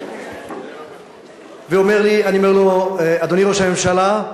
אני אומר לו: אדוני ראש הממשלה,